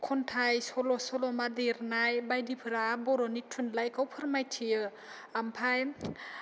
खन्थाइ सल' सल'मा दिरनाय बायदिफोरा बर'नि थुनलाइखौ फोरमायथियो आमफाय